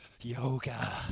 Yoga